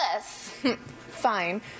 Fine